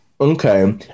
Okay